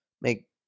make